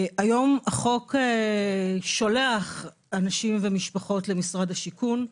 היום החוק שולח אנשים ומשפחות למשרד השיכון.